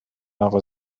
اقا